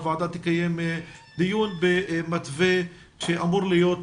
הוועדה תקיים דיון במתווה שאמור להיות